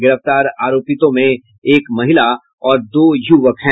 गिरफ्तार आरोपितों में एक महिला और दो युवक हैं